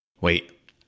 Wait